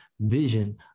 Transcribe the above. vision